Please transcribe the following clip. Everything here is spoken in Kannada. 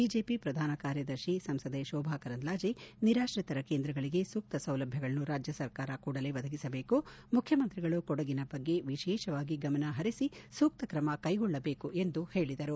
ಬಿಜೆಪಿ ಪ್ರಧಾನ ಕಾರ್ಯದರ್ಶಿ ಸಂಸದೆ ಶೋಭಾ ಕರಂದ್ಲಾಜೆ ನಿರಾತ್ರಿತರ ಕೇಂದ್ರಗಳಿಗೆ ಸೂಕ್ತ ಸೌಲಭ್ಯಗಳನ್ನು ರಾಜ್ಯ ಸರ್ಕಾರ ಕೂಡಲೇ ಒದಗಿಸಬೇಕು ಮುಖ್ಯಮಂತ್ರಿಗಳು ಕೊಡಗಿನ ಬಗ್ಗೆ ವಿಶೇಷವಾಗಿ ಗಮನ ಹರಿಸಿ ಸೂಕ್ತ ತ್ರಮ ಕೈಗೊಳ್ಳಬೇಕೆಂದು ಹೇಳಿದರು